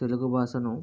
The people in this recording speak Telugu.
తెలుగు భాషను